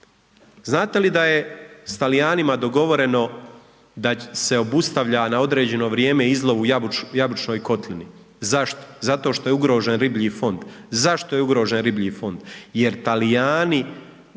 Znate li da je s Talijanima dogovoreno da se obustavlja na određeno vrijeme izlov u jabučnoj kotlini? Zašto? Zato što je ugrožen riblji fond.